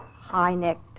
high-necked